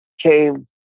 came